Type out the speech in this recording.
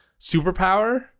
superpower